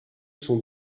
sont